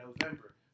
november